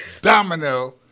Domino